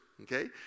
okay